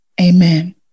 Amen